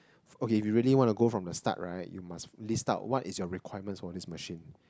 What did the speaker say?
okay if you really want to go from the start right you must list out what is your requirements for this machine